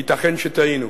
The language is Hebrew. ייתכן שטעינו.